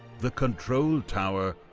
the control tower,